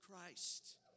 Christ